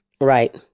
Right